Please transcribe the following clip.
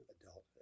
adulthood